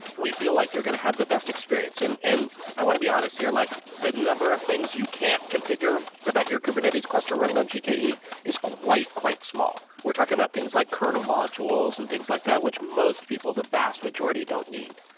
we feel like you're going to have the best experience. and and i want to be honest here. like the number of things you can't configure about your kubernetes cluster running on gke is quite quite small. we're talking about things like kernel modules and things like that which most people, the vast majority, don't need.